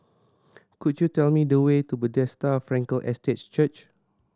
could you tell me the way to Bethesda Frankel Estate Church